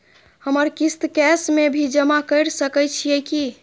हमर किस्त कैश में भी जमा कैर सकै छीयै की?